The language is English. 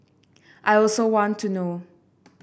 I also want to know